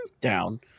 down